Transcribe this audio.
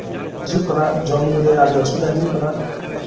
ᱦᱤᱡᱩᱜ ᱠᱟᱱᱟ ᱡᱚᱢ ᱧᱩᱨᱮ ᱟᱹᱰᱤ ᱟᱥᱩᱵᱤᱫᱷᱟ ᱦᱳᱭᱳᱜ ᱠᱟᱱᱟ